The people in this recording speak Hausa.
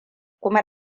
kuma